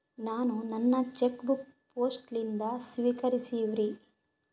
ನಾನು ನನ್ನ cheque book post ಲಿಂದ ಸ್ವೀಕರಿಸಿವ್ರಿ